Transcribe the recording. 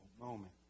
moment